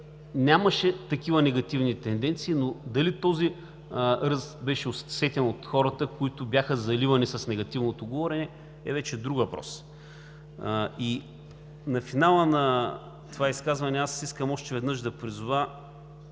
нямаше такива негативни тенденции, но дали този ръст беше усетен от хората, които бяха заливани с негативното говорене, е вече друг въпрос. И на финала на това изказване искам още веднъж да призова: